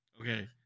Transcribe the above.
okay